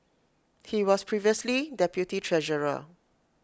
he was previously deputy treasurer